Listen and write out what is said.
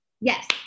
Yes